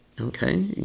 Okay